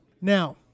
Now